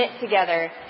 together